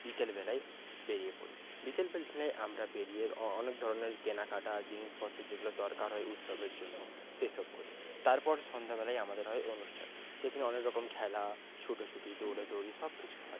বিকেলবেলায় বেরিয়ে পড়ি বিকেলবেলায় আমরা বেরিয়ে অনেক ধরনের কেনাকাটা জিনিসপত্র যেগুলো দরকার হয় উৎসবের জন্য সেসব করি তারপর সন্ধ্যেবেলায় আমাদের হয় অনুষ্ঠান সেখানে অনেকরকম খেলা ছুটোছুটি দৌড়াদৌড়ি সব কিছু হয়